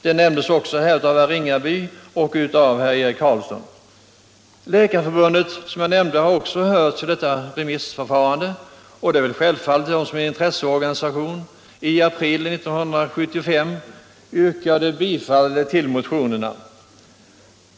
Det nämndes också av herr Ringaby och av herr Eric Carlsson. Läkarförbundet har som jag nämnde också hörts i denna remissomgång, och det är väl självfallet att förbundet som intresseorganisation i april 1975 yrkade bifall till motionen.